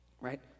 Right